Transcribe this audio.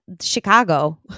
Chicago